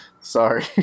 sorry